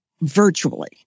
virtually